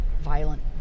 violent